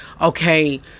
okay